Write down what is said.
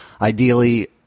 ideally